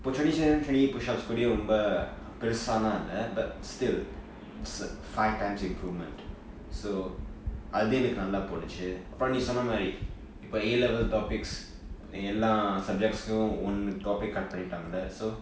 twenty seven twenty eight pushups கூட ஒன்னும் இல்ல:kuda onnum perusaa illa it's five times improvement so அது எனக்கு நல்லா போனுச்சு அப்பரொ நீ சொன்ன மாதிரி இப்ப:athu enakku nalla ponuchu approm nee sonna maathiri ippa A level topics எல்லா:ellaa subjects ஒன்னு:onnu topic cut பன்னிட்டாங்க:pannitaanga so